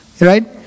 right